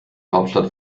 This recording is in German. hauptstadt